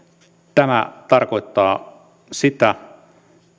tämä tarkoittaa sitä